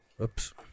oops